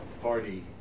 party